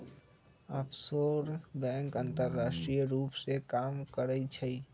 offshore bank अंतरराष्ट्रीय रूप से काम करइ छइ